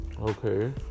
Okay